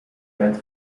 wet